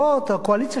או הקואליציה של זה,